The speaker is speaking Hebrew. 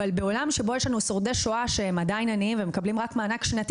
אבל בעולם שבו יש לנו שורדי שואה שהם עדיין עניים ומקבלים רק מענק שנתי